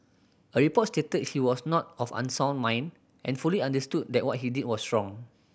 a report stated he was not of unsound mind and fully understood that what he did was wrong